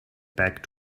back